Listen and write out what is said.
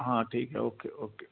हां ठीक आहे ओके ओके